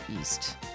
east